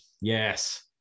Yes